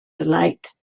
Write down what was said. delight